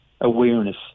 awareness